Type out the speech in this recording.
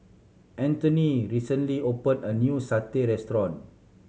Anthoney recently opened a new satay restaurant